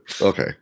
Okay